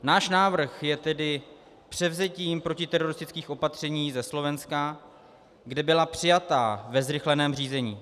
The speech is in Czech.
Náš návrh je tedy převzetím protiteroristických opatření ze Slovenska, která byla přijata ve zrychleném řízení.